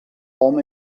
hom